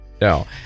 No